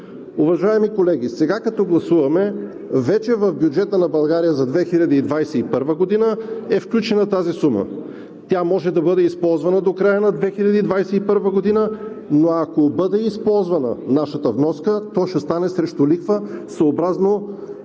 Уважаеми колеги, сега като гласуваме, вече в бюджета на България за 2021 г. е включена тази сума, тя може да бъде използвана до края на 2021 г., но ако бъде използвана нашата вноска, то ще стане срещу лихва съобразно